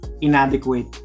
inadequate